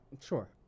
Sure